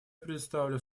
предоставлю